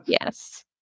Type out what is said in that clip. Yes